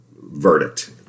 verdict